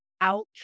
out